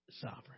sovereign